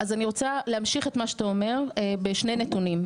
אז אני רוצה להמשיך את מה שאתה אומר בשני נתונים.